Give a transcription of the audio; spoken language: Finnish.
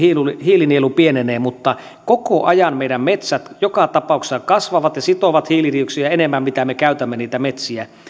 hiilinielu pienenee mutta koko ajan meidän metsät joka tapauksessa kasvavat ja sitovat hiilidioksidia enemmän kuin me käytämme niitä metsiä